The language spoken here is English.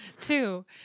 Two